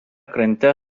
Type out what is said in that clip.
krante